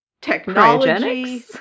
technology